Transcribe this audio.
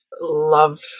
love